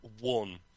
one